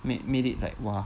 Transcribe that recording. made made it like !wah!